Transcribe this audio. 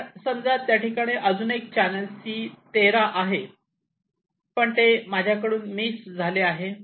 पण समजा त्या ठिकाणी अजून एक चॅनल C13 आहे पण ते माझ्याकडून मिस झाले आहे